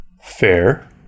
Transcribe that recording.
fair